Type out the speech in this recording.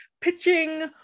pitching